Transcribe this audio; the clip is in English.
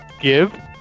give